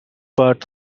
part